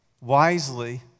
wisely